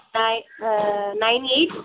நய் nine eight